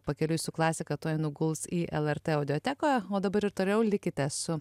pakeliui su klasika tuoj nuguls į lrt audioteką o dabar ir toliau likite su